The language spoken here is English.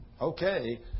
okay